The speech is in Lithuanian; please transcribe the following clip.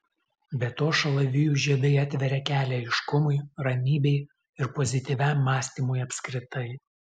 be to šalavijų žiedai atveria kelią aiškumui ramybei ir pozityviam mąstymui apskritai